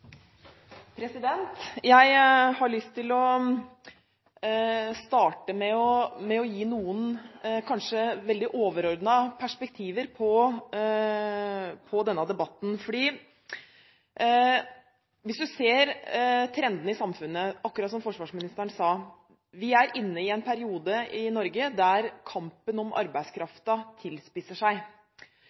Jeg har lyst til å starte med å gi noen veldig overordnede perspektiver på denne debatten. Hvis du ser trendene i samfunnet – akkurat som forsvarsministeren sa – er vi i Norge inne i en periode der kampen om arbeidskraften tilspisser seg.